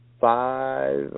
five